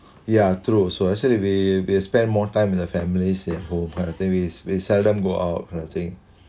ya true so actually we will spend more time with the families stay at home part of things we we seldom go out kind of thing